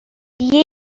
هدیه